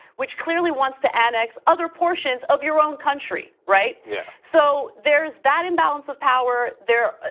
which clearly wants to annex other portions of your own country, right? yeah. so there is that imbalance of power there.